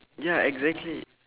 ya exactly